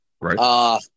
Right